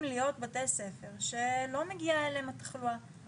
להיות בתי ספר שלא מגיעה אליהם התחלואה,